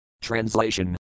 Translation